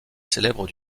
célèbres